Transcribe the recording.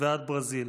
ועד ברזיל.